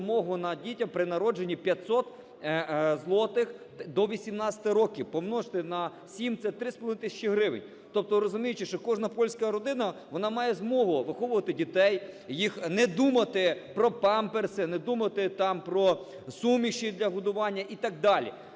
дають допомогу на дітей при народженні – 500 злотих до 18 років. Помножте на 7, це 3,5 тисячі гривень. Тобто, розуміючи, що кожна польська родина, вона має змогу виховувати дітей, не думати про памперси, не думати там про суміші для годування і так далі,